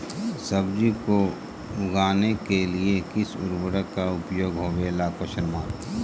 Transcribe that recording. सब्जी को उगाने के लिए किस उर्वरक का उपयोग होबेला?